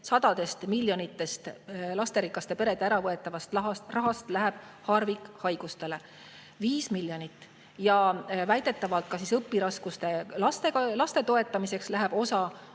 sadadest miljonitest lasterikastelt peredelt äravõetavast rahast läheb harvikhaigustele. Viis miljonit! Ja väidetavalt ka õpiraskustega laste toetamiseks läheb osa,